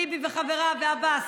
טיבי וחבריו ועבאס,